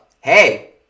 hey